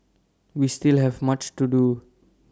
we still have much to do